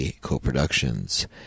co-productions